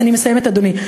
אני מסיימת, אדוני.